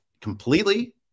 completely